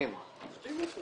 הדיון